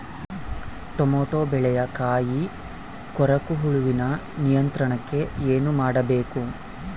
Tomato ಬೆಳೆಯ ಕಾಯಿ ಕೊರಕ ಹುಳುವಿನ ನಿಯಂತ್ರಣಕ್ಕೆ ಏನು ಮಾಡಬೇಕು?